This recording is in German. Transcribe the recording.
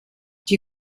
die